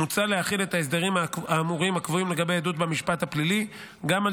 מוצע להחיל את ההסדרים האמורים הקבועים לגבי עדות במשפט הפלילי גם על